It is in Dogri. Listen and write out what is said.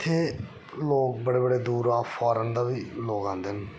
इत्थै लोग बडे बड़े दूर फारन दा बी लोग आंदे न